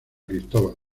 cristóbal